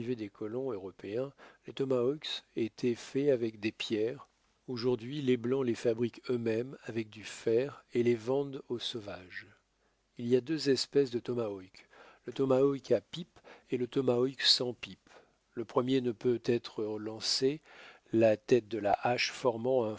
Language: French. des colons européens les tomahawks étaient faits avec des pierres aujourd'hui les blancs les fabriquent eux-mêmes avec du fer et les vendent aux sauvages il y a deux espèces de tomahawks le tomahawk à pipe et le tomahawk sans pipe le premier ne peut être lancé la tête de la hache formant